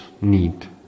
need